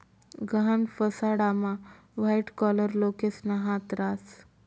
गहाण फसाडामा white collar लोकेसना हात रास